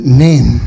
name